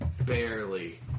barely